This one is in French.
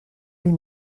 les